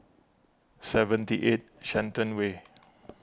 seventy eight Shenton Way